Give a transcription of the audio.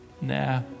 Nah